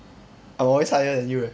I will always higher than you eh